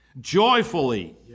joyfully